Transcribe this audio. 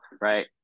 right